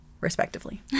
respectively